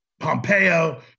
Pompeo